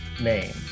name